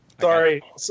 sorry